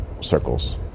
circles